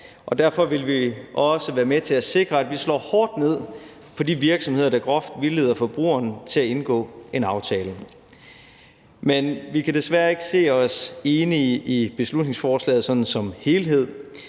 derfor vil vi også være med til at sikre, at vi slår hårdt ned på de virksomheder, der groft vildleder forbrugerne til at indgå en aftale. Men vi kan desværre ikke se os enige i beslutningsforslaget sådan